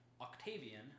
Octavian